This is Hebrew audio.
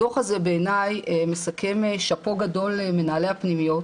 אני רוצה לומר שהדו"ח הזה בעיני מסכם שאפו גדול למנהל הפנימיות